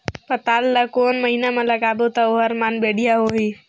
पातल ला कोन महीना मा लगाबो ता ओहार मान बेडिया होही?